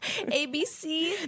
abc